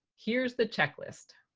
here's the checklist.